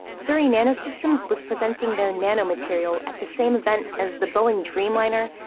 surrey nanosystems was presenting their nano material at the same event as the boeing dreamliner,